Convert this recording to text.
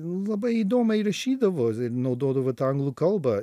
labai įdomiai rašydavo ir naudodavo tą anglų kalbą